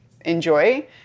enjoy